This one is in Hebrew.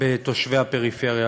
בתושבי הפריפריה.